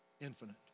infinite